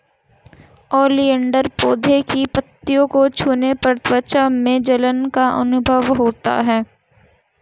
oleander पौधे की पत्तियों को छूने पर त्वचा में जलन का अनुभव होता है